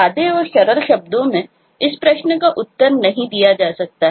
सादे और सरल शब्दों में इस प्रश्न का उत्तर नहीं दिया जा सकता है